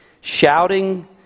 shouting